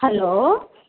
hello